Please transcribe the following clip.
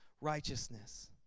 righteousness